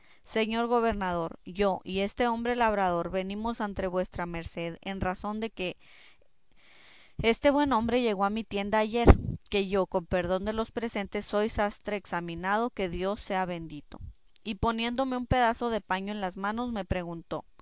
señor gobernador yo y este hombre labrador venimos ante vuestra merced en razón que este buen hombre llegó a mi tienda ayer que yo con perdón de los presentes soy sastre examinado que dios sea bendito y poniéndome un pedazo de paño en las manos me preguntó